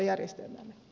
kiitos